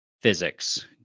physics